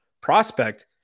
prospect